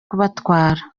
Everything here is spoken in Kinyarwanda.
kubatwara